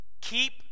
Keep